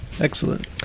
excellent